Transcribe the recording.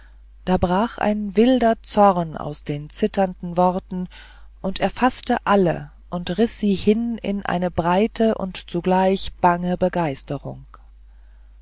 da brach ein wilder zorn aus den zitternden worten und erfaßte alle und riß sie hin in eine breite und zugleich bange begeisterung